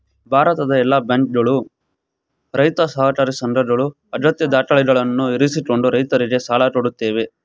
ಭಾರತದ ಎಲ್ಲಾ ಬ್ಯಾಂಕುಗಳು, ರೈತ ಸಹಕಾರಿ ಸಂಘಗಳು ಅಗತ್ಯ ದಾಖಲೆಗಳನ್ನು ಇರಿಸಿಕೊಂಡು ರೈತರಿಗೆ ಸಾಲ ಕೊಡತ್ತವೆ